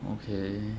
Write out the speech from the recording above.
okay